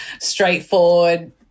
straightforward